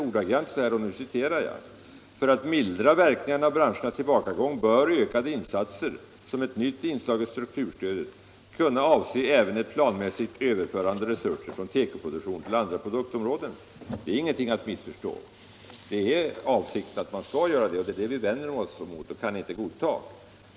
Han säger ordagrant: ”För att mildra verkningarna av branschernas tillbakagång bör ökade insatser som ett nytt inslag i strukturstödet kunna avse även ett planmässigt överförande av resurser från tekoproduktion till andra produktområden.” Det är ingenting att missförstå. Avsikten är att man skall göra detta, och det är det vi vänder oss mot och inte kan godta.